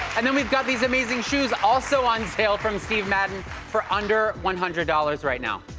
and then we've got these amazing shoes also on sale from steve madden, for under one hundred dollars right now.